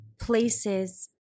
places